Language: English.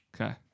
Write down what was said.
Okay